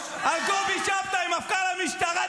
על קובי שבתאי, מפכ"ל המשטרה.